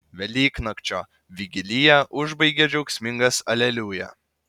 velyknakčio vigiliją užbaigia džiaugsmingas aleliuja